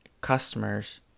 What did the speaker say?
customers